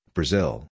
Brazil